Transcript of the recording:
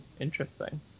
interesting